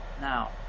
now